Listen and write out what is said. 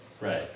Right